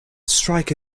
strike